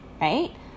right